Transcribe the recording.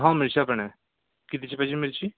हो मिरच्या पण आहे कितीची पाहिजे मिरची